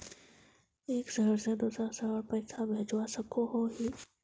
एक शहर से दूसरा शहर पैसा भेजवा सकोहो ही?